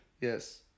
Yes